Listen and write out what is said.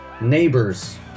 neighbors